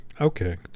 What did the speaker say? Okay